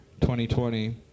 2020